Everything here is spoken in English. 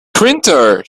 printer